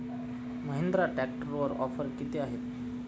महिंद्रा ट्रॅक्टरवर ऑफर किती आहे?